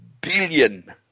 billion